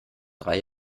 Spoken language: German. drei